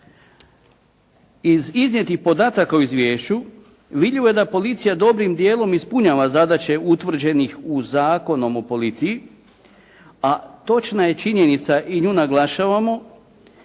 Iz iznijetih podataka u izvješću vidljivo je da policija dobrim dijelom ispunjava zadaće utvrđenih u zakonom o policiji a točna je činjenica i nju naglašavamo